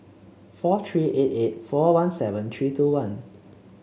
four three eight eight four one seven three two one